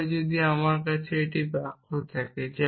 টেবিলে যদি আমার কাছে একটি বাক্য থাকে